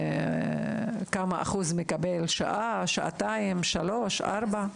כמה אחוז מקבל שעה, שעתיים, שלוש, ארבע?